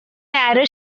narrow